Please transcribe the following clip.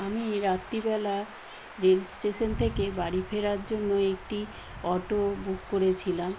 আমি এ রাত্রিবেলা রেল স্টেশান থেকে বাড়ি ফেরার জন্য একটি অটো বুক করেছিলাম